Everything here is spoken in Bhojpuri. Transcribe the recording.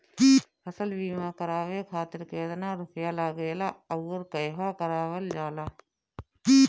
फसल बीमा करावे खातिर केतना रुपया लागेला अउर कहवा करावल जाला?